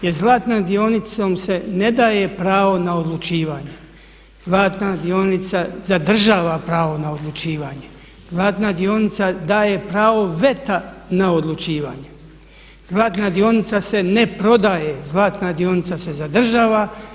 Jer zlatnom dionicom se ne daje pravo na odlučivanje, zlatna dionica zadržava pravo na odlučivanje, zlatna dionica daje pravo veta na odlučivanje, zlatna dionica se ne prodaje, zlatna dionica se zadržava.